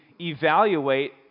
evaluate